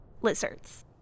lizards